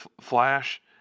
flash